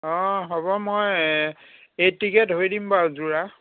অঁ হ'ব মই এইটিকৈ ধৰি দিম বাৰু যোৰা